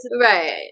right